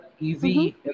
easy